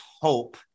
hope